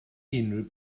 unrhyw